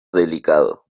delicado